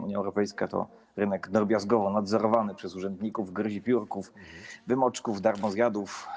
Unia Europejska to rynek drobiazgowo nadzorowany przez urzędników, gryzipiórków, wymoczków, darmozjadów.